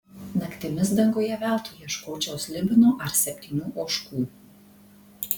naktimis danguje veltui ieškočiau slibino ar septynių ožkų